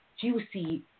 juicy